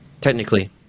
Technically